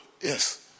Yes